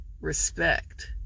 respect